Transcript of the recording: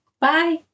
Bye